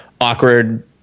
awkward